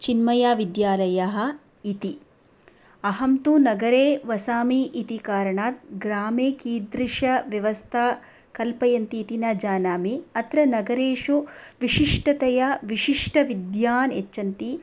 चिन्मयविद्यालयः इति अहं तु नगरे वसामि इति कारणात् ग्रामे कीदृशा व्यवस्था कल्पयन्ति इति न जानामि अत्र नगरेषु विशिष्टतया विशिष्टविद्यान् यच्छन्ति